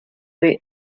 rue